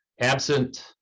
absent